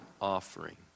offering